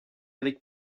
avec